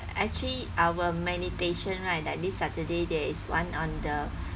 actually our meditation right like this saturday there is one on the